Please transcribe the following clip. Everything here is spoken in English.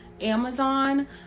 amazon